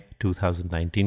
2019